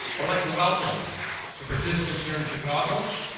i would like to welcome the participants here in chicago,